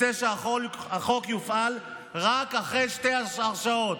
רוצה שהחוק יופעל רק אחרי שתי הרשעות.